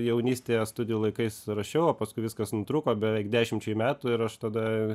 jaunystėje studijų laikais rašiau o paskui viskas nutrūko beveik dešimčiai metų ir aš tada